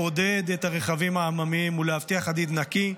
לעודד את הרכבים העממיים ולהבטיח עתיד נקי,